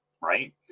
right